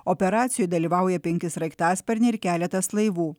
operacijoj dalyvauja penki sraigtasparniai ir keletas laivų